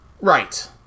Right